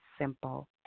simple